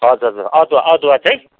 हजुर हजुर अदुवा अदुवा चाहिँ